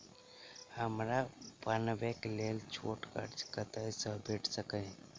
हमरा पाबैनक लेल छोट कर्ज कतऽ सँ भेटि सकैये?